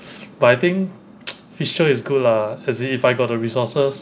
but I think fischl is good lah as in if I got the resources